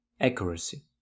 accuracy